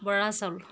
বৰা চাউল